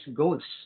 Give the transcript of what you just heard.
goals